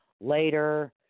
Later